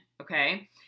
okay